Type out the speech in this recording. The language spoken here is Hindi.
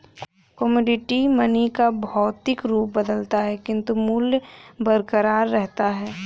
कमोडिटी मनी का भौतिक रूप बदलता है किंतु मूल्य बरकरार रहता है